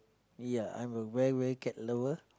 ya I'm a very very cat lover